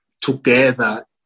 together